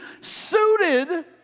suited